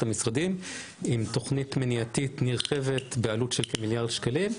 המשרדים עם תוכנית מניעתית נרחבת בעלות של כמיליארד שקלים.